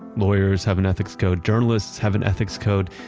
lawyers have an ethics code, journalists have an ethics code,